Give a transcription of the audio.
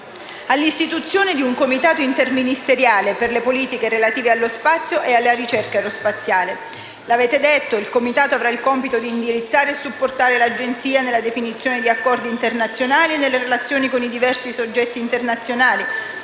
all'istituzione di un Comitato interministeriale per le politiche relative allo spazio e alla ricerca aerospaziale. Come avete detto, il Comitato avrà il compito di indirizzare e supportare l'Agenzia spaziale nella definizione di accordi internazionali e nelle relazioni con i diversi soggetti internazionali